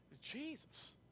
Jesus